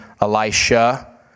Elisha